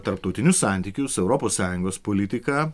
tarptautinius santykius europos sąjungos politiką